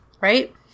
right